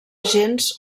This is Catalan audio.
gens